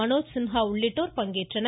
மனோஜ் சின்ஹா உள்ளிட்டோர் பங்கேற்றுள்ளனர்